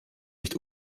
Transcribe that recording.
nicht